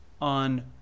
on